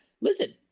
listen